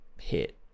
hit